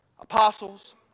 Apostles